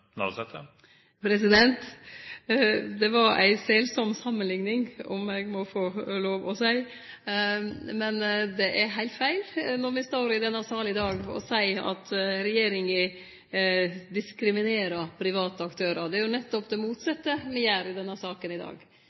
er? Det var ei underleg samanlikning, om eg må få lov å seie det. Men det er heilt feil når ein står i denne sal i dag og seier at regjeringa diskriminerer private aktørar. Det er jo nettopp det motsette me gjer i denne saka i dag.